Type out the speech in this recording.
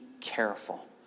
careful